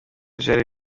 vyari